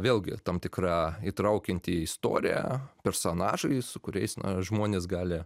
vėlgi tam tikra įtraukianti istorija personažai su kuriais na žmonės gali